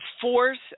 force